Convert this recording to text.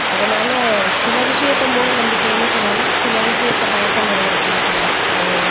அதனால் சில விஷயத்தை மூடநம்பிக்கையின்னு சொல்லலாம் சில விஷயத்தை பழக்க முறை அப்படினு சொல்லலாம் அது